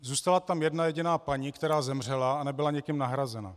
Zůstala tam jedna jediná paní, která zemřela a nebyla nikým nahrazena.